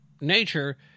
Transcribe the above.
nature